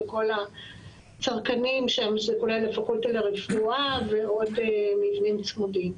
וכל הצרכנים שם כולל הפקולטה לרפואה ועוד מבנים צמודים.